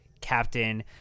captain